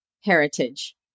Heritage